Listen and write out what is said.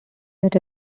that